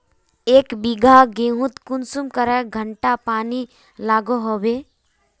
एक बिगहा गेँहूत कुंसम करे घंटा पानी लागोहो होबे?